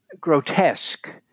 grotesque